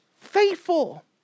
faithful